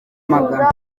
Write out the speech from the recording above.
magana